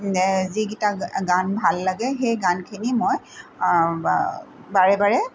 এই যিকেইটা গান ভাল লাগে সেই গানখিনি মই বাৰে বাৰে